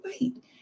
wait